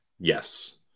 Yes